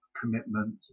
commitment